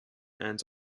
and